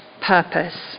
purpose